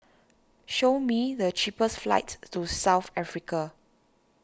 show me the cheapest flights to South Africa